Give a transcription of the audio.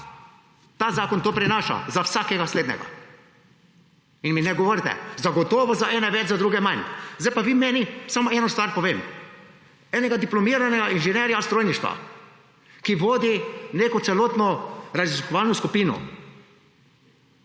Ta zakon to prinaša za vsakega, slednjega. In mi ne govorite! Zagotovo za ene več, za druge manj. Samo eno stvar povem. En diplomirani inženir strojništva, ki vodi celotno raziskovalno skupino,